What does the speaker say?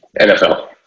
NFL